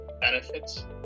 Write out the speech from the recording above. benefits